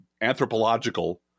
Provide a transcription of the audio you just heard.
anthropological